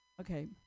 Okay